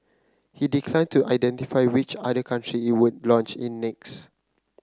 he declined to identify which other country it would launch in next